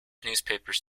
newspapers